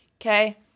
Okay